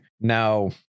Now